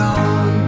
on